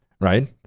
right